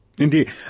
Indeed